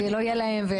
לא יהיה להם.